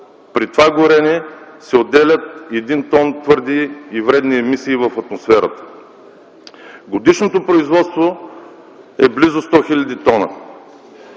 При това горене се отделя един тон твърди и вредни емисии в атмосферата. Годишното производство е близо 100 хил. тона.